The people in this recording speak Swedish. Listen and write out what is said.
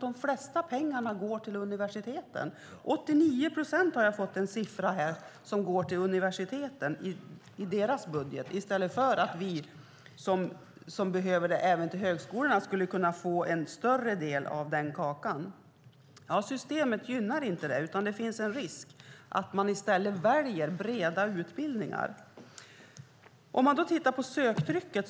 De mesta pengarna går till universiteten. Det är 89 procent - det är en siffra jag har fått här - som går till universiteten och deras budget. Även högskolorna behöver det här. De skulle i stället kunna få en större del av den kakan. Systemet gynnar inte det, utan det finns en risk att man i stället väljer breda utbildningar. Man kan titta på söktrycket.